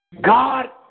God